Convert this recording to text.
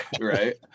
Right